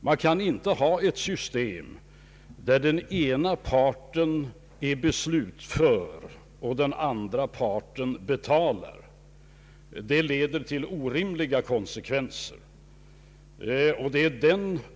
Man kan inte ha ett system, där den ena parten är beslutför och den andra parten betalar. Det leder till orimliga konsekven ser.